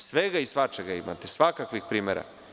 Svega i svačega imate, svakakvih primera.